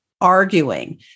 arguing